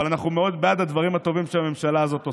אבל אנחנו מאוד בעד הדברים הטובים שהממשלה הזאת עושה.